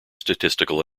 statistical